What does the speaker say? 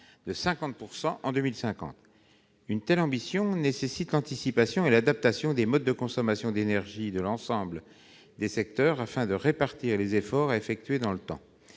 de 50 % en 2050. Une telle ambition impose anticipation et adaptation des modes de consommation d'énergie de l'ensemble des secteurs, afin de répartir les efforts à effectuer dans le temps.